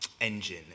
engine